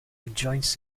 adjoins